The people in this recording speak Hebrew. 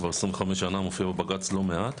כבר 25 שנה מופיע בבג"צ לא מעט,